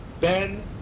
Ben